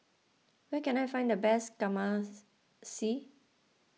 where can I find the best